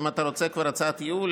אם אתה רוצה כבר הצעת ייעול,